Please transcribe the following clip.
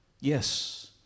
Yes